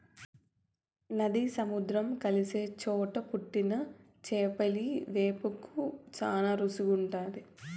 నది, సముద్రం కలిసే చోట పుట్టిన చేపలియ్యి వేపుకు శానా రుసిగుంటాది